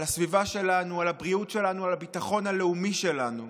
לסביבה שלנו, לבריאות שלנו, לביטחון הלאומי שלנו.